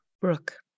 Brooke